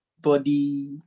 body